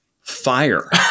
fire